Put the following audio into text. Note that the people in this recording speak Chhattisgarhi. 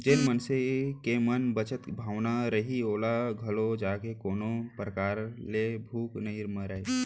जेन मनसे के म बचत के भावना रइही ओहा आघू जाके कोनो परकार ले भूख नइ मरय